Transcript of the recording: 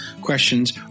questions